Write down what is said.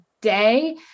day